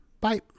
Bye